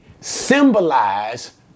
symbolize